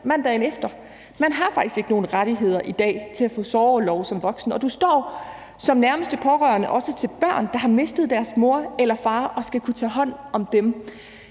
mandagen efter. Man har faktisk i dag som voksen ikke nogen rettigheder til at få sorgorlov, og du står også som den nærmeste pårørende til børn, der har mistet deres mor eller far, og skal kunne tage hånd om dem.